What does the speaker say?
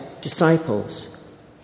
disciples